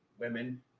women